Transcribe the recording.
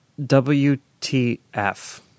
WTF